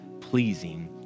pleasing